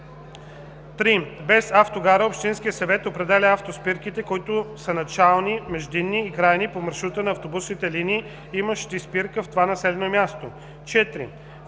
3. без автогара общинският съвет определя автоспирките, които са начални, междинни и крайни по маршрута на автобусните линии, имащи спирка в това населено място; 4.